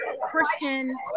Christian